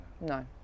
No